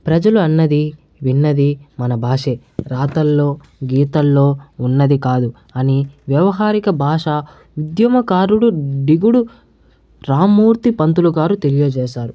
ప్రజలు అన్నది విన్నది మన భాషే రాతల్లో గీతల్లో ఉన్నది కాదు అని వ్యవహారిక భాష ఉద్యమకారుడు దిగుడు రామ్మూర్తి పంతులుగారు తెలియజేశారు